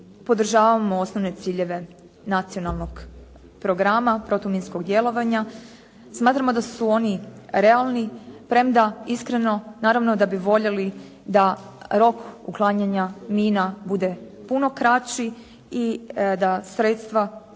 podržavamo osnovne ciljeve Nacionalnog programa protuminskog djelovanja. Smatramo da su oni realni, premda iskreno naravno da bi voljeli da rok uklanjanja mina bude puno kraći i da sredstva